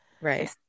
Right